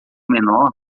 menor